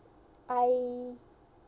I